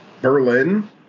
Berlin